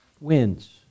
wins